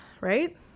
Right